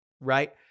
right